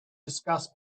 discuss